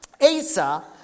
Asa